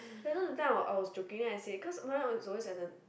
then you know that time I was joking then I say cause mine is always at the